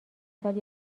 سال